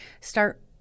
start